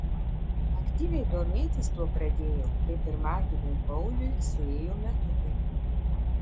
aktyviai domėtis tuo pradėjau kai pirmagimiui pauliui suėjo metukai